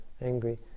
angry